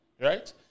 right